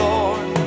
Lord